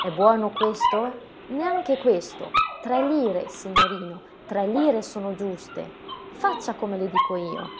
è buono questo neanche questo tre lire signorino tre lire sono giuste faccia come le dico io